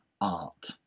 art